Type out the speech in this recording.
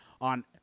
on